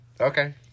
Okay